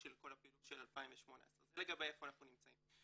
הפעילות של 2018. זה לגבי איפה אנחנו נמצאים.